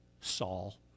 Saul